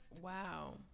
Wow